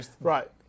right